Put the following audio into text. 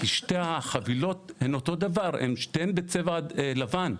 כי שתי החבילות אותו דבר, שתיהן בצבע לבן.